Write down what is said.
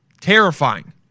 terrifying